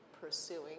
pursuing